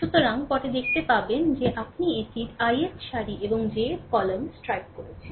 সুতরাং পরে দেখতে পাবেন যে আপনি এটি ith সারি এবং jth কলামের স্ট্রাইক করছেন